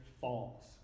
falls